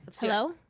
Hello